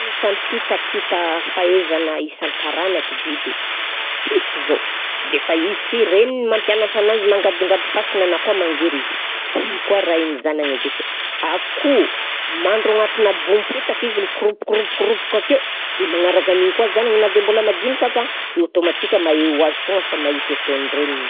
Mifampitampita fahaizana isan-taranaky biby, piso zao de efa izy sy reniny mampianatra anazy mangadingady fasina na koa mangery izy dia igny koa arahin'ny zanany avy akeo, akoho mandro agnatinà bom-potaka izy mikorompokorompokorompoka akeo, de magnaraka an'igny koa zagnany na de mbola madinika aza de automatique mahay ho azy foagna fa mahita i ataon-dreniny.